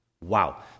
wow